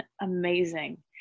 amazing